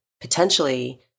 potentially